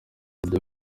buryo